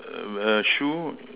err shoe